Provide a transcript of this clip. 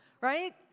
right